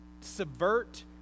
subvert